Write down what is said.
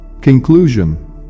Conclusion